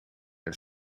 een